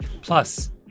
Plus